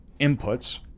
inputs